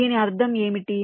దీని అర్థం ఏమిటి